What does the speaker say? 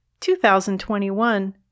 2021